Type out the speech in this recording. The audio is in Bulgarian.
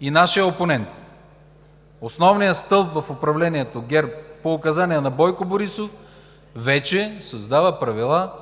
и нашият опонент, основният стълб в управлението – ГЕРБ, по указание на Бойко Борисов вече създава правила,